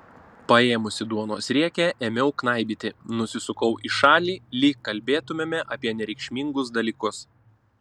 paėmusi duonos riekę ėmiau knaibyti nusisukau į šalį lyg kalbėtumėme apie nereikšmingus dalykus